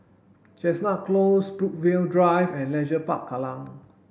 Chestnut Close Brookvale Drive and Leisure Park Kallang